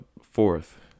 fourth